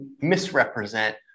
misrepresent